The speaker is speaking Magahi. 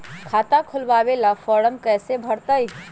खाता खोलबाबे ला फरम कैसे भरतई?